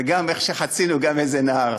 וגם איך שחצינו גם איזה נהר.